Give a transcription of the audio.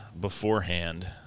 beforehand